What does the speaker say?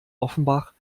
offenbach